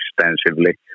extensively